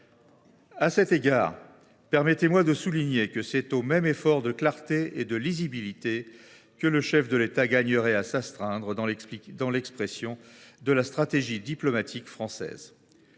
À cet égard, permettez moi de souligner que c’est au même effort de clarté et de lisibilité que le chef de l’État gagnerait à s’astreindre dans l’expression de la stratégie diplomatique française.